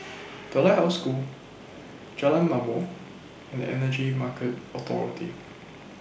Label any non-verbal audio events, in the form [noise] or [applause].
[noise] The Lighthouse School Jalan Ma'mor and Energy Market Authority